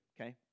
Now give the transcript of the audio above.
okay